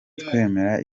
twemera